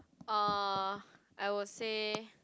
uh I would say